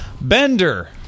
Bender